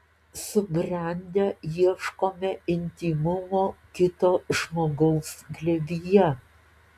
subrendę ieškome intymumo kito žmogaus glėbyje